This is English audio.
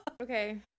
Okay